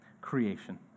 creation